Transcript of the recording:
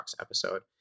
episode